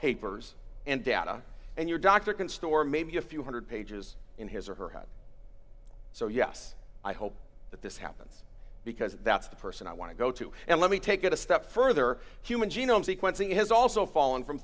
papers and data and your doctor can store maybe a few one hundred pages in his or her head so yes i hope that this happens because that's the person i want to go to and let me take it a step further human genome sequencing has also fallen from